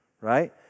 right